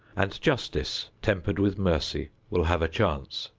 and justice, tempered with mercy, will have a chance.